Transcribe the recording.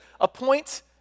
Appoint